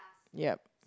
yep